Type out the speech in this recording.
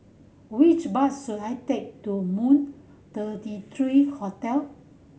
which bus should I take to Moon thirty three Hotel